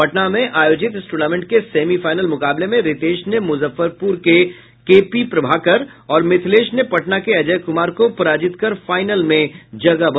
पटना में आयोजित इस टूर्नामेंट के सेमीफाइनल मुकाबले में रितेश ने मुजफ्फरपुर के के पी प्रभाकर और मिथिलेश ने पटना के अजय कुमार को पराजित कर फाइनल में प्रवेश किया